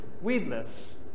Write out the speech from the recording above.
weedless